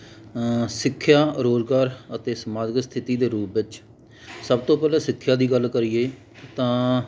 ਸਿੱਖਿਆ ਰੁਜ਼ਗਾਰ ਅਤੇ ਸਮਾਜਿਕ ਸਥਿਤੀ ਦੇ ਰੂਪ ਵਿੱਚ ਸਭ ਤੋਂ ਪਹਿਲਾਂ ਸਿੱਖਿਆ ਦੀ ਗੱਲ ਕਰੀਏ ਤਾਂ